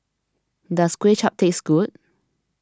does Kuay Chap taste good